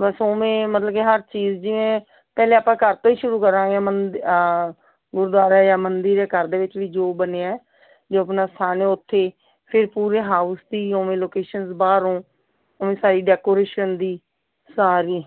ਬਸ ਉਵੇਂ ਮਤਲਬ ਕਿ ਹਰ ਚੀਜ਼ ਜਿਵੇਂ ਪਹਿਲਾਂ ਆਪਾਂ ਘਰ ਤੋਂ ਹੀ ਸ਼ੁਰੂ ਕਰਾਂਗੇ ਮੰਦਰ ਗੁਰਦੁਆਰਾ ਜਾਂ ਮੰਦਰ ਹੈ ਘਰ ਦੇ ਵਿੱਚ ਵੀ ਜੋ ਬਣਿਆ ਜੋ ਆਪਣਾ ਸਥਾਨ ਉੱਥੇ ਫਿਰ ਪੂਰੇ ਹਾਊਸ ਦੀ ਉਵੇਂ ਲੋਕੇਸ਼ਨਸ ਬਾਹਰੋਂ ਉਵੇਂ ਸਾਰੀ ਡੈਕੋਰੇਸ਼ਨ ਦੀ ਸਾਰੀ